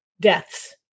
deaths